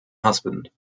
husband